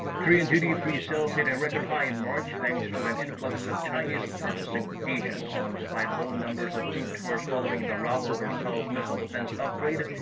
korean duty free sales hit a record high in march, thanks to an influx of chinese purchasing agents. despite low numbers of group tours following the row over seoul's missile defesnse upgrade,